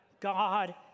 God